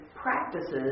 practices